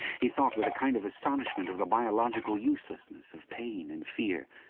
he thought with a kind of astonishment of the biological uselessness of pain and fear,